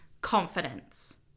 confidence